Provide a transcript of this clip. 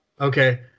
Okay